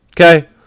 Okay